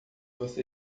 você